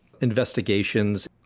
investigations